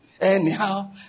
anyhow